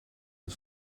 het